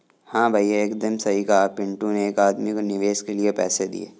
हां भैया एकदम सही कहा पिंटू ने एक आदमी को निवेश के लिए पैसे दिए